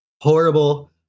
horrible